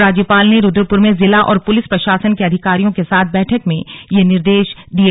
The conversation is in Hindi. राज्यपाल ने रुद्रपुर में जिला और पुलिस प्रशासन के अधिकारियों के साथ बैठक में ये निर्देश दिये